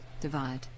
divide